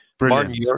Martin